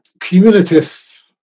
cumulative